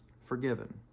forgiven